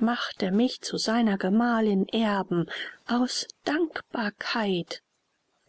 machte mich zu seiner gemahlin erben aus dankbarkeit